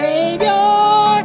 Savior